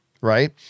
right